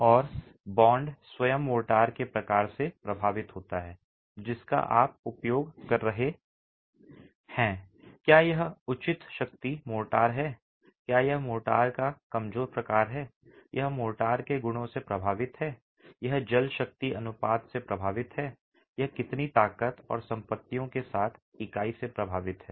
और बॉन्ड स्वयं मोर्टार के प्रकार से प्रभावित होता है जिसका आप उपयोग कर रहे हैं क्या यह उच्च शक्ति मोर्टार है क्या यह मोर्टार का कमजोर प्रकार है यह मोर्टार के गुणों से प्रभावित है यह जल शक्ति अनुपात से प्रभावित है यह कितनी ताकत और संपत्तियों के साथ इकाई से प्रभावित है